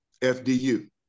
fdu